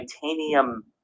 titanium